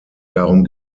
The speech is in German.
darum